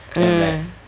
mm